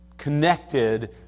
Connected